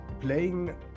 playing